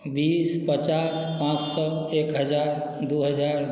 बीस पचास पाँच सए एक हजार दू हजार